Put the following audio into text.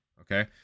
Okay